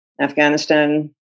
Afghanistan